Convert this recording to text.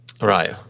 Right